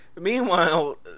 Meanwhile